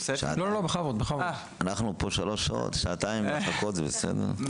אנחנו פה שלוש שעות, שעתיים לחכות זה בסדר...